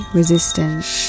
resistance